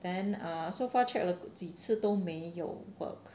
then err so far checked 了几次都没有 work